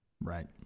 Right